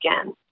again